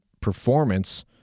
performance